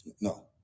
No